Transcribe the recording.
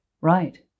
right